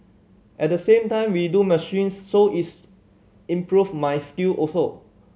at the same time we do machines so is improve my skill also